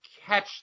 catch